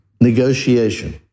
negotiation